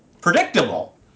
predictable